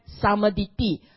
samaditi